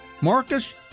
Marcus